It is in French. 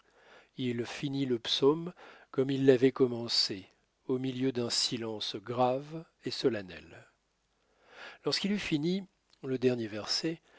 il finit le psaume comme il l'avait commencé au milieu d'un silence grave et solennel lorsqu'il eut fini le dernier verset